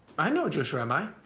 i know a jewish rabbi.